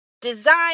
Design